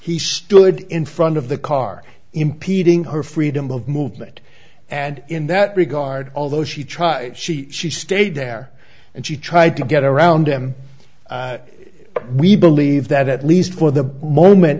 he stood in front of the car impeding her freedom of movement and in that regard although she tried she she stayed there and she tried to get around him we believe that at least for the moment